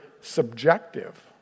subjective